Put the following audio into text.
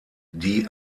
die